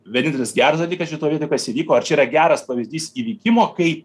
vienintelis geras dalykas šitoj vietoj kas įvyko ar čia yra geras pavyzdys įvykimo kai